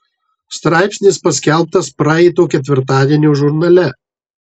straipsnis paskelbtas praeito ketvirtadienio žurnale